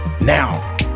Now